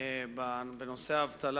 בנושא האבטלה